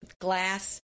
glass